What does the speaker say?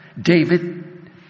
David